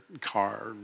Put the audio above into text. car